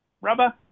rubber